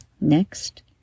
Next